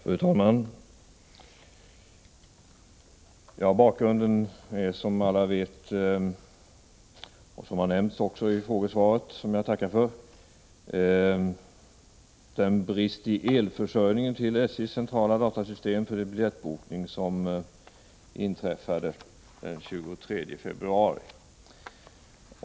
Fru talman! Bakgrunden till min fråga är som alla vet och som också framgår av svaret, för vilket jag tackar, det avbrott i elförsörjningen till SJ:s centrala datasystem för biljettbokning som inträffade den 23 februari.